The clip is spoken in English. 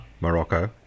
Morocco